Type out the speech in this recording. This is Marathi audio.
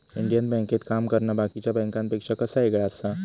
इंडियन बँकेत काम करना बाकीच्या बँकांपेक्षा कसा येगळा आसा?